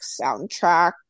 soundtrack